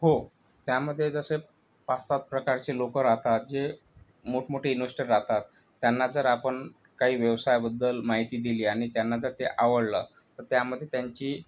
हो त्यामधे जसे पाचसात प्रकारचे लोक राहतात जे मोठमोठे इन्वेष्टर राहतात त्यांना जर आपण काही व्यवसायाबद्दल माहिती दिली आणि त्यांना जर ते आवडलं तर त्यामध्ये त्यांची